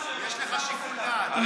יש לך שיקול דעת.